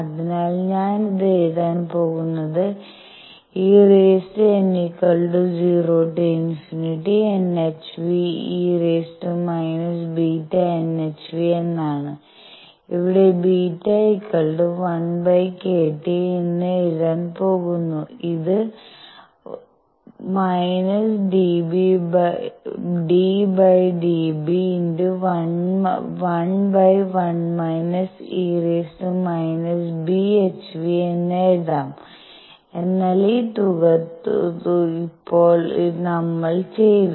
അതിനാൽ ഞാൻ ഇത് എഴുതാൻ പോകുന്നത് ∑∞ₙ₌₀nhνe⁻ᵝⁿʰᵛ എന്നാണ് ഇവിടെ β1kT എന്ന് എഴുതാൻ പോകുന്നു ഇത് ddβ11 e⁻ᵝʰᵛ എന്ന് എഴുതാം എന്നാൽ ഈ തുക ഇപ്പോൾ നമ്മൾ ചെയ്തു